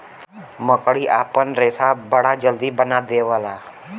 मकड़ी आपन रेशा बड़ा जल्दी बना देवला